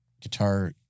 guitar